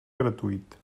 gratuït